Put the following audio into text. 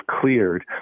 cleared